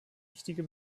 wichtige